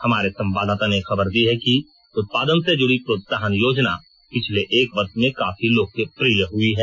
हमारे संवाददाता ने खबर दी है कि उत्पादन से जुड़ी प्रोत्साहन योजना पिछले एक वर्ष में काफी लोकप्रिय हई है